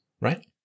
right